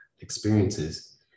experiences